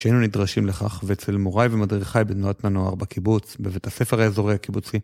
שהיינו נדרשים לכך. ואצל מוריי ומדריכיי בתנועת הנוער בקיבוץ, בבית הספר האזורי הקיבוצי.